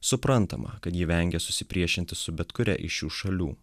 suprantama kad ji vengia susipriešinti su bet kuria iš šių šalių